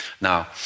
Now